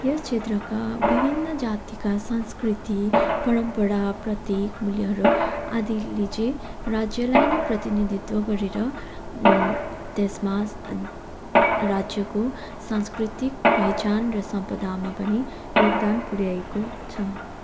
यस क्षेत्रका विभिन्न जातिका संस्कृति परम्परा प्रतिमूल्यहरू आदिले चाहिँ राज्यलाई नै प्रतिनिधित्व गरेर त्यसमा राज्यको सांस्कृतिक पहिचान र सम्पदामा पनि योगदान पुऱ्याएको छ